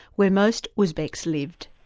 where most uzbeks lived.